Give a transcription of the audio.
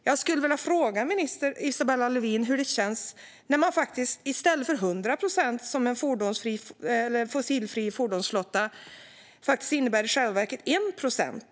Jag skulle vilja fråga minister Isabella Lövin hur det känns när det i stället för 100 procent, som en fossilfri fordonsflotta faktiskt innebär, i själva verket är 1 procent.